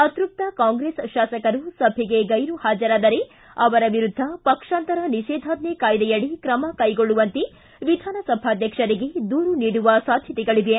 ಅತೃಪ್ತ ಕಾಂಗ್ರೆಸ್ ಶಾಸಕರು ಸಭೆಗೆ ಗೈರು ಹಾಜರಾದರೆ ಅವರ ವಿರುದ್ದ ಪಕ್ಷಾಂತರ ನಿಷೇಧಾಜ್ಜೆ ಕಾಯ್ದೆಯಡಿ ಕ್ರಮ ಕೈಗೊಳ್ಳುವಂತೆ ವಿಧಾನ ಸಭಾಧ್ಯಕ್ಷರಿಗೆ ದೂರು ನೀಡುವ ಸಾಧ್ಯತೆಗಳಿವೆ